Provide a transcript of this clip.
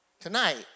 tonight